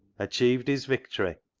achieved his victory,